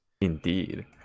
Indeed